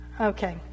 Okay